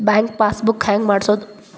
Bank passbook ಹೆಂಗ್ ಮಾಡ್ಸೋದು?